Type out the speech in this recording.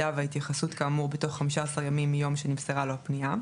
וההתייחסות כאמור בתוך 15 ימים מיום שנמסרה לו הפנייה,